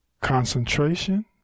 concentration